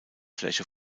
fläche